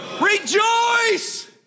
Rejoice